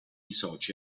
soci